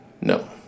No